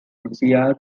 prussia